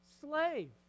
Slave